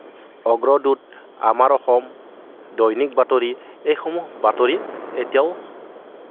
অগ্ৰদূত আমাৰ অসম দৈনিক বাতৰি এইসমূহ বাতৰি এতিয়াও